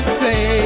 say